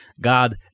God